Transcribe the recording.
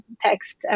text